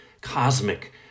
cosmic